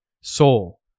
soul